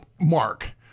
mark